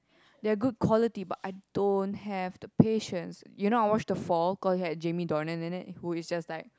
they are good quality but I don't have the patience you know I watch the fall cause it had Jamie-Doner in it who is just like